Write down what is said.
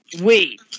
Wait